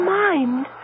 mind